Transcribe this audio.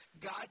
God